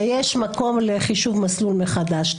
ויש מקום לחישוב מסלול מחדש.